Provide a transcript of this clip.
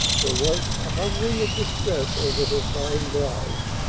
there was a hovering of distress over her fine brows.